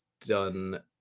done